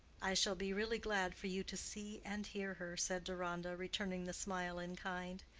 i shall be really glad for you to see and hear her, said deronda, returning the smile in kind.